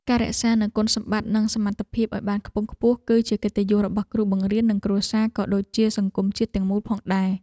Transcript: ការរក្សានូវគុណសម្បត្តិនិងសមត្ថភាពឱ្យបានខ្ពង់ខ្ពស់គឺជាកិត្តិយសរបស់គ្រូបង្រៀននិងគ្រួសារក៏ដូចជាសង្គមជាតិទាំងមូលផងដែរ។